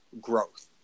growth